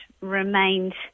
remained